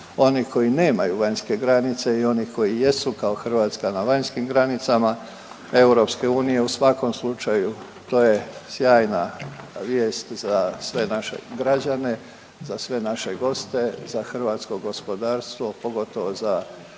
onih koji nemaju vanjske granice i onih koji jesu kao Hrvatska na vanjskim granicama EU. U svakom slučaju to je sjajna vijest za sve naše građane, za sve naše goste, za hrvatsko gospodarstvo, pogotovo za hrvatski